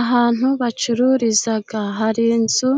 Ahantu bacururiza hari inzu